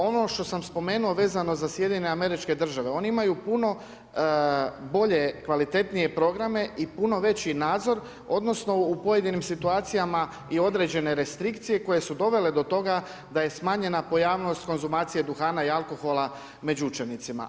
Ono što sam spomenuo vezano za SAD, oni imaju puno bolje, kvalitetnije programe i puno veći nadzor odnosno u pojedinim situacijama i određene restrikcije koje su dovele do toga da je smanjena pojavnost konzumacije duhana i alkohola među učenicima.